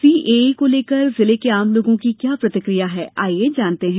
CAA को लेकर जिले के आम लोगों की क्या प्रतिक्रिया है आइए जानते हैं